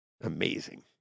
Amazing